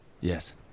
Yes